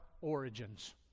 origins